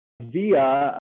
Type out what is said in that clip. via